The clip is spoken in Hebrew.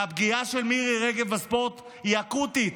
הפגיעה של מירי רגב בספורט היא אקוטית.